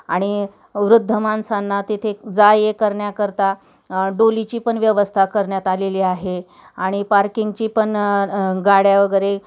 आणि वृद्ध माणसांना तिथे जा ये हे करण्याकरिता डोलीची पण व्यवस्था करण्यात आलेली आहे आणि पार्किंगची पण गाड्या वगैरे